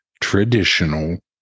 traditional